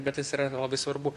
bet tas yra labai svarbu